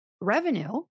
revenue